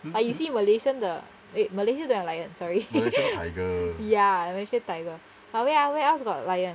like you see malaysian the eh malaysia don't have lion sorry ya I'm malaysia tiger ah where ah where else got lion